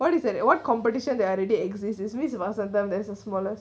what is that what competition that are already exist is vasantham that's the smallest